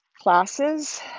classes